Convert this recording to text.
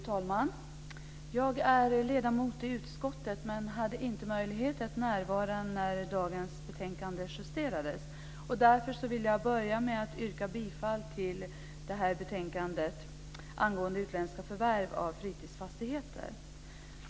Fru talman! Jag är ledamot i lagutskottet men hade inte möjlighet att närvara när dagens betänkande justerades. Därför börjar jag med att yrka bifall till hemställan i betänkandet om utländska förvärv av fritidsfastigheter.